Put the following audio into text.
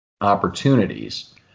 opportunities